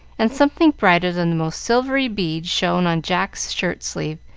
and something brighter than the most silvery bead shone on jack's shirt-sleeve,